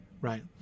Right